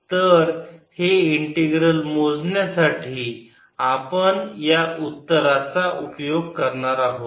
तर हे इंटीग्रल मोजण्यासाठी आपण या उत्तरांचा उपयोग करणार आहोत